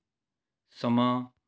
ਸਮਾਂ